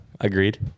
agreed